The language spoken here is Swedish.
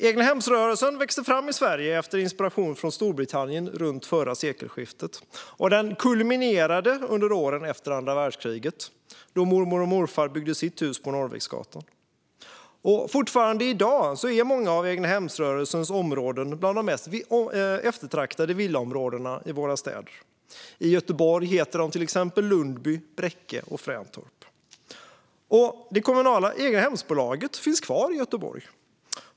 Egnahemsrörelsen växte fram i Sverige efter inspiration från Storbritannien runt förra sekelskiftet. Den kulminerade under åren efter andra världskriget, då mormor och morfar byggde sitt hus på Norrviksgatan. Än i dag är många av egnahemsrörelsens områden bland de mest eftertraktade villaområdena i våra städer. I Göteborg heter de till exempel Lundby, Bräcke och Fräntorp. Det kommunala Egnahemsbolaget finns kvar i Göteborg.